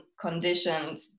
conditioned